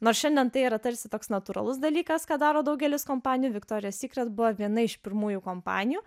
nors šiandien tai yra tarsi toks natūralus dalykas ką daro daugelis kompanijų viktorija sykret buvo viena iš pirmųjų kompanijų